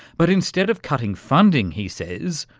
but instead of cutting funding, he says,